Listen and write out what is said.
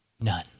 None